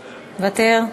מוותר.